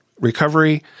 recovery